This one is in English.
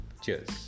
cheers